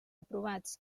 aprovats